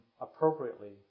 appropriately